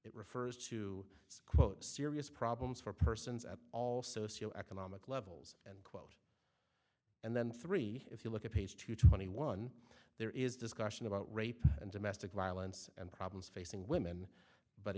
it refers to quote serious problems for persons at all socio economic levels and then three if you look at page two twenty one there is discussion about rape and domestic violence and problems facing women but